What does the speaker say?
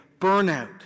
burnout